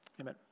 Amen